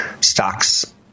Stocks